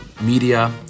media